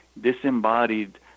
disembodied